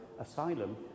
asylum